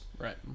right